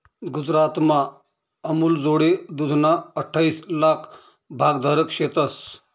गुजरातमा अमूलजोडे दूधना अठ्ठाईस लाक भागधारक शेतंस